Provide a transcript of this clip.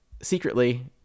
secretly